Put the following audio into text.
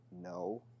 No